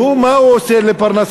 והוא, מה הוא עושה לפרנסתו?